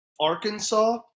Arkansas